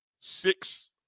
six